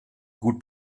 gut